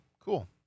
cool